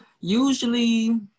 usually